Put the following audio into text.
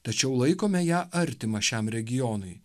tačiau laikome ją artima šiam regionui